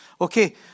okay